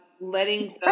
letting